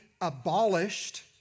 abolished